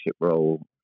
role